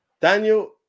Daniel